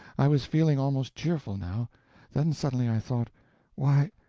i was feeling almost cheerful now then suddenly i thought why,